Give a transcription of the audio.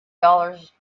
dollars